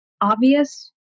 obvious